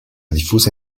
diffusa